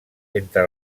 entre